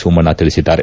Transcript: ಸೋಮಣ್ಣ ತಿಳಿಸಿದ್ದಾರೆ